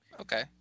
Okay